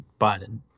Biden